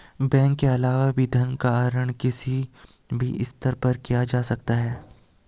bank के अलावा भी धन का आहरण किसी भी स्तर पर किया जा सकता है